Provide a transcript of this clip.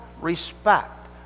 respect